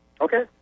Okay